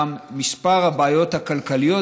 גם מספר הבעיות הכלכליות,